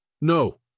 No